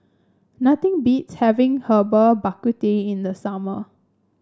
nothing beats having Herbal Bak Ku Teh in the summer